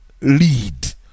lead